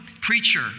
preacher